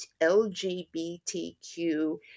LGBTQ